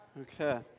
Okay